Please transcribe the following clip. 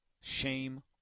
Shame